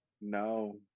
no